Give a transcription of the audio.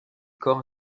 corps